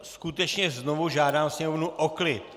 Skutečně znovu žádám sněmovnu o klid!